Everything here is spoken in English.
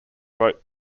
boat